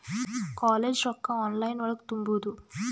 College ರೊಕ್ಕ online ಒಳಗ ತುಂಬುದು?